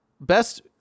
Best